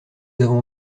avons